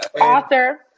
author